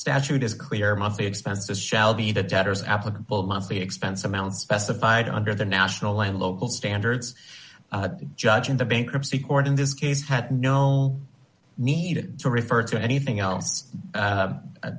statute is clear monthly expenses shall be the debtors applicable monthly expense amount specified under the national and local standards judge in the bankruptcy court in this case had no need to refer to anything else